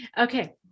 okay